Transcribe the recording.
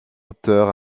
auteur